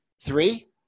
three